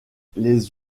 les